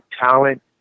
talent